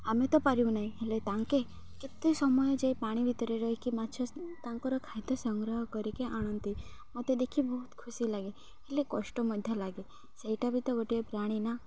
ଆମେ ତ ପାରିବୁ ନାହିଁ ହେଲେ ତାଙ୍କେ କେତେ ସମୟ ଯାଏଁ ପାଣି ଭିତରେ ରହିକି ମାଛ ତାଙ୍କର ଖାଦ୍ୟ ସଂଗ୍ରହ କରିକି ଆଣନ୍ତି ମୋତେ ଦେଖି ବହୁତ ଖୁସି ଲାଗେ ହେଲେ କଷ୍ଟ ମଧ୍ୟ ଲାଗେ ସେଇଟା ବି ତ ଗୋଟିଏ ପ୍ରାଣୀ ନା